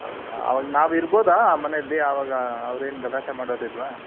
ಹೌದಾ ಅವಾಗ ನಾವಿರಬೋದಾ ಆ ಮನೆಲ್ಲಿ ಆವಾಗ ಅವ್ರೇನು ಗಲಾಟೆ ಮಾಡೋದಿಲ್ವ